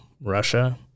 Russia